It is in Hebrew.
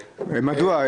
מדוע?